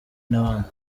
n’abandi